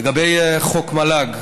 לגבי חוק מל"ג,